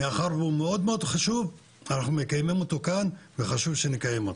מאחר והוא מאוד מאוד חשוב אנחנו מקיימים אותו כאן וחשוב שנקיים אותו.